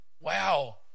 Wow